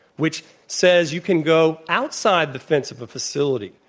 which says you can go outside the fence of a facility,